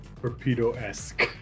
Torpedo-esque